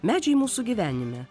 medžiai mūsų gyvenime